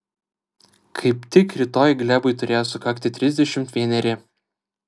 kaip tik rytoj glebui turėjo sukakti trisdešimt vieneri